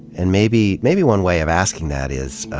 and maybe maybe one way of asking that is,